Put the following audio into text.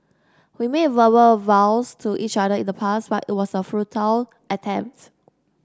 we made verbal vows to each other in the past but it was a futile attempts